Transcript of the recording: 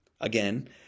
Again